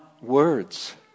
words